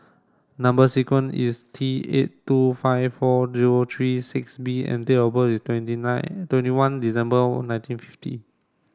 number sequence is T eight two five four zero three six B and date of birth is twenty nine twenty one December nineteen fifty